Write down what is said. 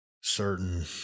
certain